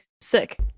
sick